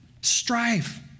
Strive